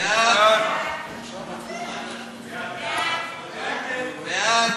ההצעה להעביר את